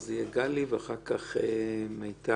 אז גלי ואחר כך מיטל.